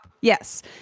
yes